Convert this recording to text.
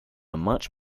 much